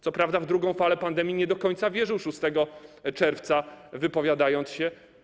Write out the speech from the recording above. Co prawda w drugą falę pandemii nie do końca wierzył 6 czerwca, wypowiadając się.